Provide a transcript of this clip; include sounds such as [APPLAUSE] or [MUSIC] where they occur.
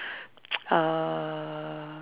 [NOISE] uh